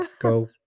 go